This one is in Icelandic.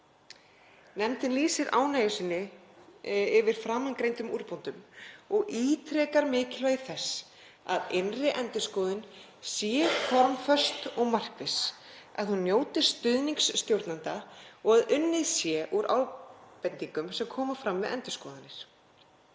Nefndin lýsir ánægju sinni yfir framangreindum úrbótum og ítrekar mikilvægi þess að innri endurskoðun sé formföst og markviss, að hún njóti stuðnings stjórnenda og að unnið sé úr ábendingum sem koma fram við endurskoðanir.